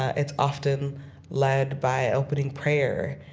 it's often led by opening prayer.